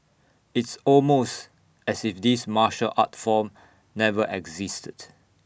it's almost as if this martial art form never existed